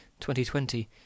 2020